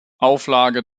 auflage